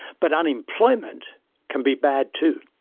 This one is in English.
but unemployment can be bad, too.